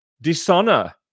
dishonor